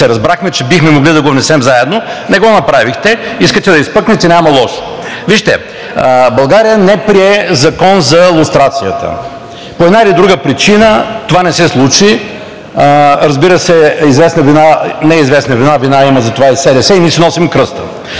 разбрахме, че бихме могли да го внесем заедно, не го направихте. Искате да изпъкнете – няма лошо. България не прие закон за лустрацията и по една или друга причина това не се случи. Разбира се, вина за това има СДС и ние си носим кръста,